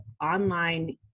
online